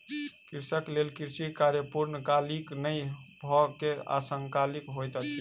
कृषक लेल कृषि कार्य पूर्णकालीक नै भअ के अंशकालिक होइत अछि